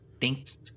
Thanks